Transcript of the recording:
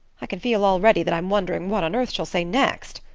i can feel already that i'm wondering what on earth she'll say next.